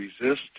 resist